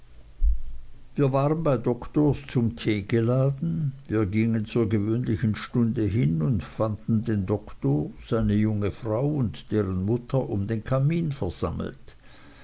wir waren bei doktors zum tee geladen wir gingen zur gewöhnlichen stunde hin und fanden den doktor seine junge frau und deren mutter um den kamin versammelt